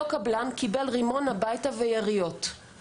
אותו קבלן קיבל רימון הביתה ויריות.